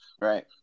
Right